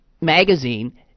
magazine